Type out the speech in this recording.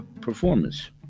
performance